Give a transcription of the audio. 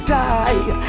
die